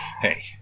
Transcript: hey